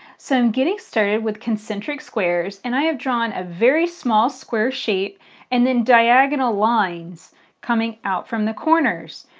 so i'm getting started with concentric squares, and i have drawn a very small square shape and then diagonal lines coming out from the corners.